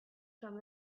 from